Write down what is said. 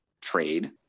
trade